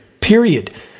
period